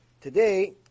Today